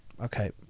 Okay